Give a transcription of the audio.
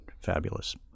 fabulous